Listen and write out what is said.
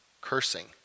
cursing